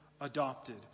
adopted